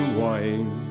wine